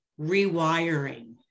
rewiring